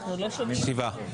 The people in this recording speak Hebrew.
שבעה.